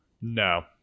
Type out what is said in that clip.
No